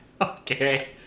okay